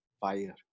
fire